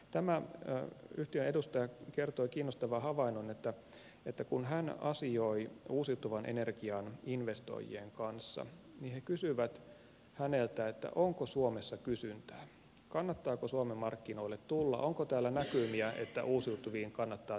tämä yhtiön edustaja kertoi kiinnostavan havainnon että kun hän asioi uusiutuvan energian investoijien kanssa niin he kysyvät häneltä onko suomessa kysyntää kannattaako suomen markkinoille tulla onko täällä näkymiä että uusiutuviin kannattaa täällä investoida